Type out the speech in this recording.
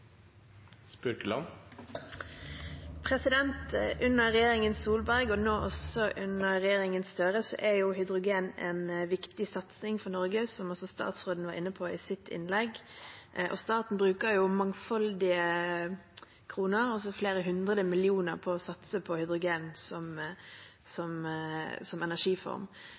hydrogen en viktig satsing for Norge, som statsråden var inne på i sitt innlegg. Staten bruker mangfoldige kroner, flere hundre millioner, på å satse på hydrogen som